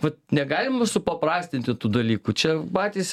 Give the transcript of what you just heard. vat negalima supaprastinti tų dalykų čia patys